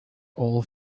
all